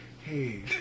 hey